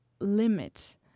limit